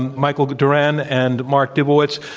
michael d oran and mark dubowitz,